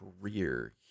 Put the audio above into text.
career